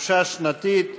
חופשה שנתית (תיקון,